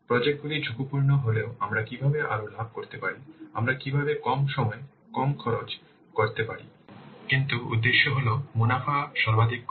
project গুলি ঝুঁকিপূর্ণ হলেও আমরা কীভাবে আরও লাভ করতে পারি আমরা কীভাবে কম সময় কম খরচ করতে পারি কিন্তু উদ্দেশ্য হল মুনাফা সর্বাধিক করা